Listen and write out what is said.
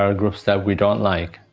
are groups that we don't like.